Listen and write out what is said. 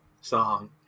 song